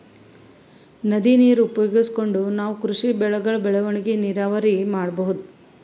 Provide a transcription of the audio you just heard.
ನದಿ ನೀರ್ ಉಪಯೋಗಿಸ್ಕೊಂಡ್ ನಾವ್ ಕೃಷಿ ಬೆಳೆಗಳ್ ಬೆಳವಣಿಗಿ ನೀರಾವರಿ ಮಾಡ್ಬಹುದ್